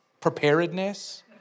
preparedness